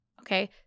Okay